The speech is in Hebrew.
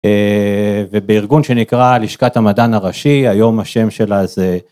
ובארגון שנקרא לשכת המדען הראשי היום השם שלה זה.